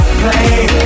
play